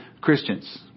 Christians